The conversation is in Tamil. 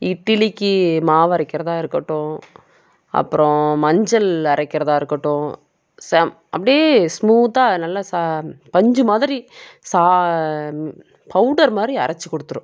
இட்லிக்கி மாவு அரைக்கிறதா இருக்கட்டும் அப்புறம் மஞ்சள் அரைக்கிறதா இருக்கட்டும் சம் அப்படியே ஸ்மூத்தாக நல்லா சா பஞ்சு மாதிரி சா பௌடர் மாதிரி அரைச்சி கொடுத்துரும்